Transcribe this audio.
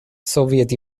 soviet